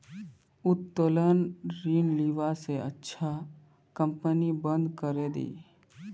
उत्तोलन ऋण लीबा स अच्छा कंपनी बंद करे दे